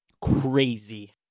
Crazy